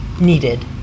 needed